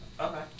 Okay